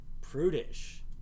prudish